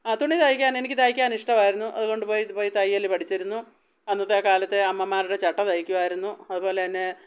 ആ തുണി തയ്ക്കാൻ എനിക്ക് തൈക്കാൻ ഇഷ്ടമായിരുന്നു അതുകൊണ്ട് പോയി പോയി തയ്യൽ പഠിച്ചിരുന്നു അന്നത്തെ കാലത്ത് അമ്മമാരുടെ ചട്ട തയ്ക്കുമായിരുന്നു അതുപോലെ തന്നെ